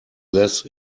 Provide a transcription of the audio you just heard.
less